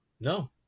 No